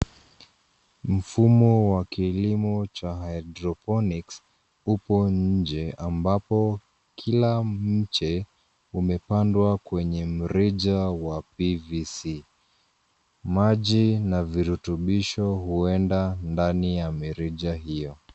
Mfumo wa kilimo cha hydroponics upo nje ambapo kila mche umepandwa kwenye mrija wa PVC. Maji na virutubisho huenda ndani ya mirija hiyo.